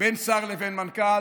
בין שר לבין מנכ"ל,